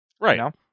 right